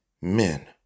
men